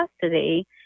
custody